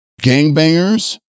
gangbangers